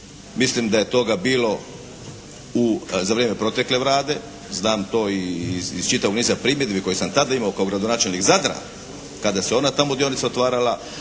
Mislim da je to bilo za vrijeme protekle Vlade, znam to iz čitavog niza primjedbi koje sam tada imao kao gradonačelnik Zadra kada se ona tamo dionica otvarala.